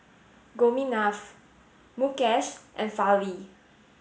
Gopinath Mukesh and Fali